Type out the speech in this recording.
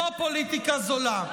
זאת פוליטיקה זולה,